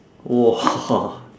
!wah!